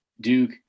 Duke